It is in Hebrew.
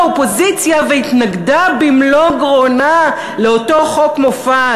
האופוזיציה והתנגדה במלוא גרונה לאותו חוק מופז.